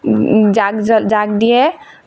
জাক জ্বল জাক দিয়ে